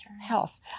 health